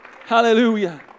Hallelujah